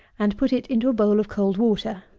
and put it into a bowl of cold water.